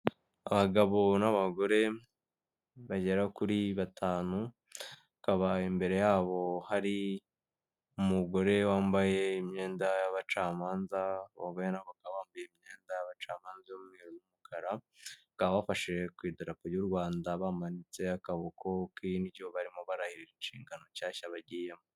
Abagabo n'abagore bagera kuri batanu, bakaba imbere yabo hari umugore wambaye imyenda y'abacamanza, nabo bakaba bambaye imyenda y'abacamanza y'umweru n'umukara nakaba bafashe ku idarapo y'u Rwanda bamanitse akaboko k'indyo barimo barahirira inshingano nshyashya bagiyemo.